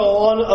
on